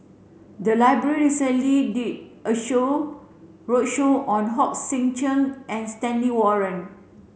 the library recently did a show roadshow on Hong Sek Chern and Stanley Warren